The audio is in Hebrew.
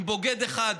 עם בוגד אחד,